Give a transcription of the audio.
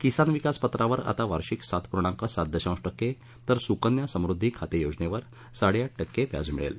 किसान विकास पत्रावर आता वार्षिक सात पूर्णांक सात दशांश टक्के तर सुकन्या समृद्धि खाते योजनेवर साडेआठ टक्के व्याज मिळेल